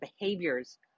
behaviors